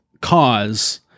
cause